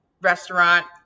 restaurant